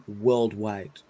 worldwide